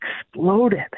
exploded